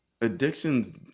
Addictions